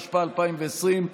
התשפ"א 2020,